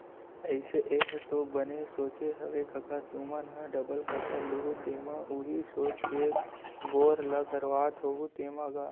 अइसे ऐ तो बने सोचे हँव कका तुमन ह डबल फसल लुहूँ तेमा उही सोच के बोर ल करवात होहू तेंमा गा?